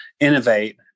innovate